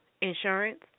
insurance